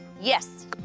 Yes